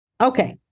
Okay